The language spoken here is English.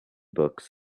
books